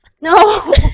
No